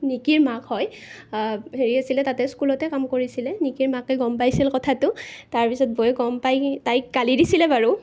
নিকিৰ মাক হয় হেৰি আছিলে তাতে স্কুলতে কাম কৰিছিলে নিকিৰ মাকে গম পাইছিল কথাটো তাৰ পিছত বৌৱে গম পাই তাইক গালি দিছিলে বাৰু